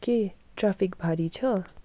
के ट्राफिक भारी छ